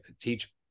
teach